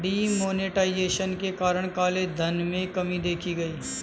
D monetization के कारण काले धन में कमी देखी गई